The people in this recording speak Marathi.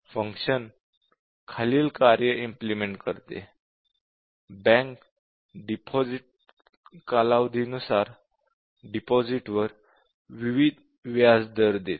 फंक्शन खालील कार्य इम्पिलिमेन्ट करते बँक डिपॉझिट कालावधीनुसार डिपॉझिटवर विविध व्याज दर देते